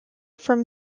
from